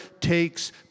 takes